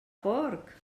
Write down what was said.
porc